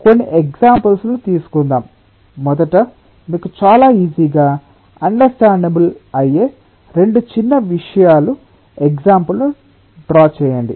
కొన్ని ఎగ్సాంపుల్ ను తీసుకుందాం మొదట మీకు చాలా ఈజీ గా అండర్స్టాండబుల్ అయ్యే 2 చిన్నవిషయ ఎగ్సాంపుల్ ను డ్రా చేయండి